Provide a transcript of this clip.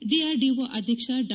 DRDO ಅಧ್ಯಕ್ಷ ಡಾ